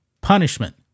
punishment